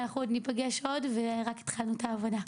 ואנחנו נפגש עוד ורק התחלנו את העבודה.